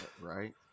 Right